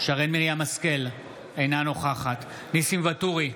שרן מרים השכל, אינה נוכחת ניסים ואטורי,